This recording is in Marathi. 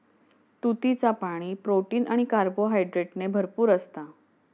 तुतीचा पाणी, प्रोटीन आणि कार्बोहायड्रेटने भरपूर असता